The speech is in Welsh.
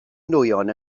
nwyon